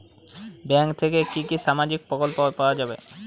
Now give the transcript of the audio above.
Bank থেকে কি কি সামাজিক প্রকল্প পাওয়া যাবে?